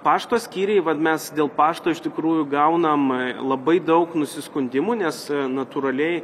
pašto skyriai vat mes dėl pašto iš tikrųjų gaunam labai daug nusiskundimų nes natūraliai